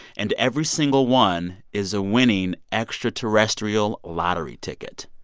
and every single one is a winning extraterrestrial lottery ticket.